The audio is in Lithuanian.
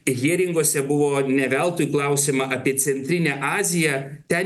hieringuose buvo ne veltui klausiama apie centrinę aziją ten yra